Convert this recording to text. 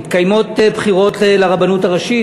מתקיימות בחירות לרבנות הראשית.